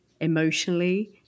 emotionally